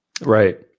Right